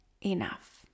enough